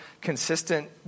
consistent